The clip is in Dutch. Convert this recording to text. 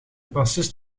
bassist